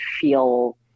feel